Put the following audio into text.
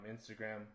Instagram